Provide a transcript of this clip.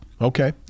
Okay